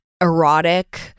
erotic